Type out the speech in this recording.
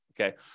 okay